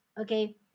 okay